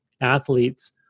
athletes